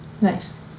nice